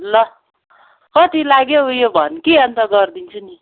ल कति लाग्यो उयो भन कि अन्त गरिदिन्छु नि